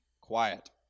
quiet